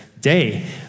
day